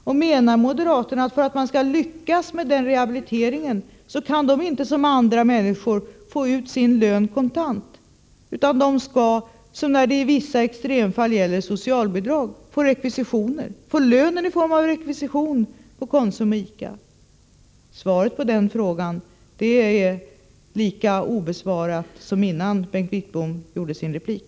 Menar moderaterna att dessa människor, för att man skall lyckas med rehabiliteringen, inte såsom andra människor skall få ut sin lön kontant? Skall de som när det gäller vissa extremfall av socialbidrag få ut sin lön i form av rekvisitioner på Konsum och ICA? Dessa frågor är lika obesvarade som de var före Bengt Wittboms replik.